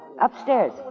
Upstairs